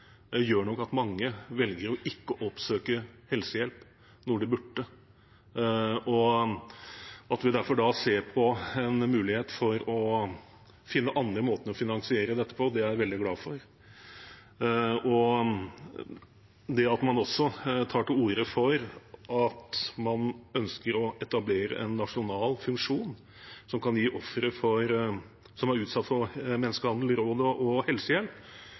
nok gjør at mange velger ikke å oppsøke helsehjelp når de burde. At vi derfor ser på en mulighet for å finne andre måter å finansiere dette på, er jeg veldig glad for. Man tar også tar til orde for at man ønsker å etablere en nasjonal funksjon som kan gi ofre som er utsatt for menneskehandel, råd og helsehjelp.